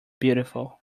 beautiful